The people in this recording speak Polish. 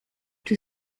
czy